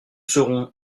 serons